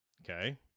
Okay